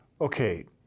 Okay